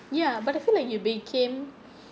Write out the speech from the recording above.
ya but I feel like you became